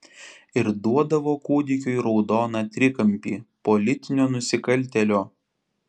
ir duodavo kūdikiui raudoną trikampį politinio nusikaltėlio